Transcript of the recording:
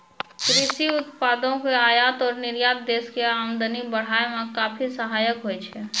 कृषि उत्पादों के आयात और निर्यात देश के आमदनी बढ़ाय मॅ काफी सहायक होय छै